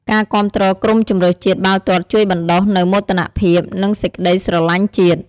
ការគាំទ្រក្រុមជម្រើសជាតិបាល់ទាត់ជួយបណ្តុះនូវមោទនភាព និងសេចក្តីស្រលាញ់ជាតិ។